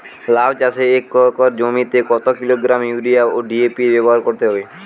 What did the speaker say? লাউ চাষে এক একর জমিতে কত কিলোগ্রাম ইউরিয়া ও ডি.এ.পি ব্যবহার করতে হবে?